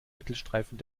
mittelstreifen